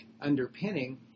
underpinning